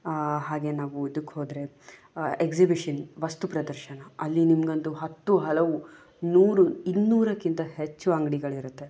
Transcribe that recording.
ಹಾಗೇ ನಾವು ಇದಕ್ಕೆ ಹೋದರೆ ಎಕ್ಸಿಬಿಷನ್ ವಸ್ತು ಪ್ರದರ್ಶನ ಅಲ್ಲಿ ನಿಮಗೊಂದು ಹತ್ತು ಹಲವು ನೂರು ಇನ್ನೂರಕ್ಕಿಂತ ಹೆಚ್ಚು ಅಂಗಡಿಗಳಿರುತ್ತೆ